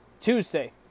Tuesday